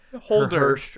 holder